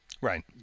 Right